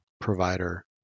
provider